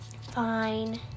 Fine